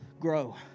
Grow